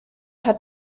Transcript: hat